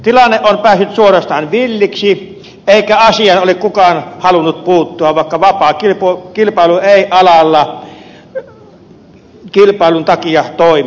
tilanne on päässyt suorastaan villiksi eikä asiaan ole kukaan halunnut puuttua vaikka vapaa kilpailu ei alalla tämän takia toimi